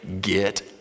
get